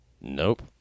Nope